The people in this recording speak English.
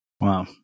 Wow